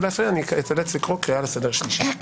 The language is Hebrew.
להפריע אאלץ לקרוא קריאה לסדר שלישית.